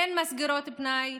אין מסגרות פנאי,